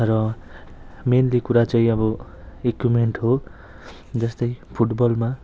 र मेन्ली कुरा चाहिँ अब इक्विप्मेन्ट हो जस्तै फुटबलमा